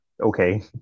Okay